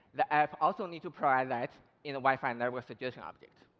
the app also needs to provide that in the wi-fi networksuggestion object.